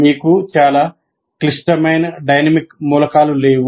మీకు చాలా క్లిష్టమైన డైనమిక్ మూలకాలు లేవు